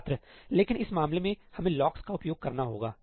छात्र लेकिन इस मामले में हमें लॉक्स का उपयोग करना होगा